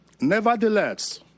Nevertheless